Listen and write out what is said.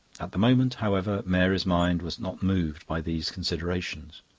at the moment, however, mary's mind was not moved by these considerations.